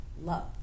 love